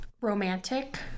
romantic